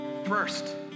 First